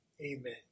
amen